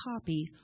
copy